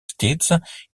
steeds